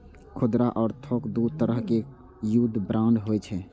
खुदरा आ थोक दू तरहक युद्ध बांड होइ छै